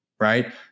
right